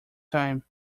time